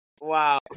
Wow